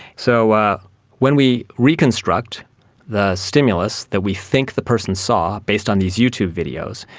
so when we reconstruct the stimulus that we think the person saw based on these youtube videos,